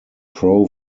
pro